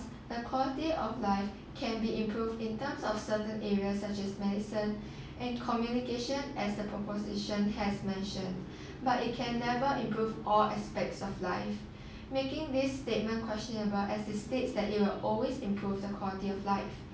the quality of life can be improved in terms of certain areas such as medicine and communication as the proposition has mentioned but it can never improve all aspects of life making this statement questionable as they states that it will always improve the quality of life